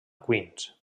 queens